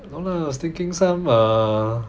no lah I was thinking some err